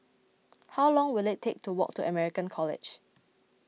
how long will it take to walk to American College